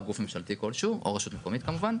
גוף ממשלתי כלשהו או רשות מקומית כמובן.